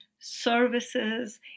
services